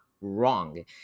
wrong